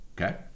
okay